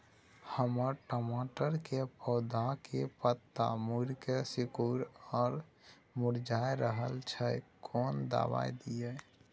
हमर टमाटर के पौधा के पत्ता मुड़के सिकुर आर मुरझाय रहै छै, कोन दबाय दिये?